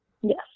Yes